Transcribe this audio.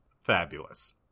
fabulous